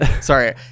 Sorry